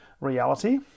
reality